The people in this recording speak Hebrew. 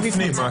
זה בפנים.